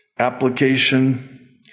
Application